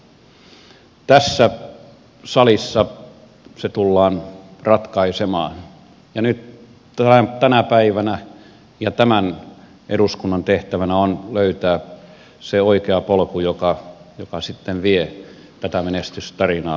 tässä salissa se tullaan ratkaisemaan ja nyt tänä päivänä ja tämän eduskunnan tehtävänä on löytää se oikea polku joka sitten vie tätä menestystarinaa eteenpäin